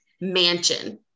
mansion